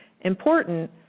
important